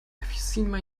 have